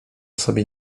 sobie